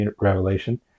Revelation